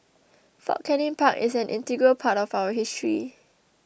Fort Canning Park is an integral part of our history